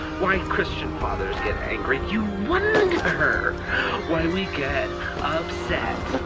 why christian fathers get angry, you wonder why we get upset!